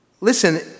listen